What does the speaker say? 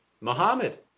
Muhammad